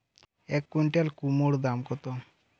এক কুইন্টাল কুমোড় দাম কত?